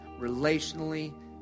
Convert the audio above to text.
relationally